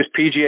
PGA